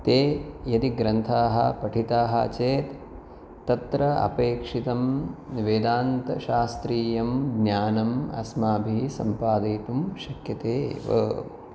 ते यदि ग्रन्थाः पठिताः चेत् तत्र अपेक्षितं वेदान्तशास्त्रीयं ज्ञानम् अस्माभिः सम्पादयितुं शक्यते एव